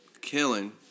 Killing